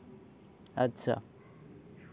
ᱟᱪᱪᱷᱟ